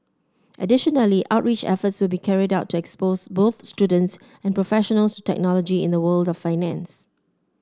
additionally outreach efforts will be carried out to expose both students and professionals to technology in the world of finance